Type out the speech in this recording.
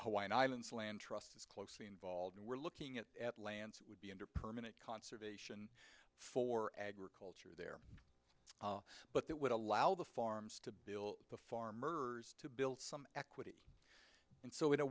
hawaiian islands land trust is closely involved and we're looking at atlanta would be under permanent conservation for agriculture but that would allow the farms to build the farmers to build some and so in a